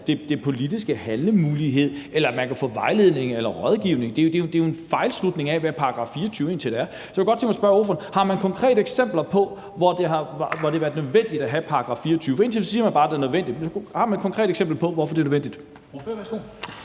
den politiske handlemulighed, eller at en minister ikke kan få vejledning eller rådgivning. Det er jo en fejlslutning af, hvad § 24 egentlig er. Så jeg kunne godt tænke mig at spørge ordføreren: Har man konkrete eksempler på, at det har været nødvendigt at have § 24? Indtil nu siger man bare, at den er nødvendig, men har man et konkret eksempel på, hvorfor den er nødvendig?